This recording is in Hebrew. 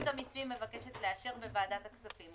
העמותות שרשות המסים מבקשת לאשר בוועדת הכספים.